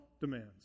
demands